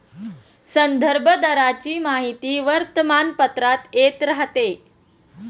संदर्भ दराची माहिती वर्तमानपत्रात येत राहते